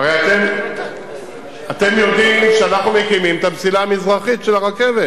הרי אתם יודעים שאנחנו מקימים את המסילה המזרחית של הרכבת.